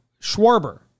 Schwarber